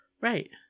Right